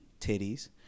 titties